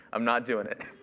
i'm not doing it.